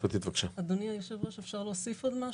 אדוני היושב ראש, אם אפשר להוסיף משהו.